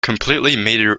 completely